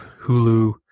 Hulu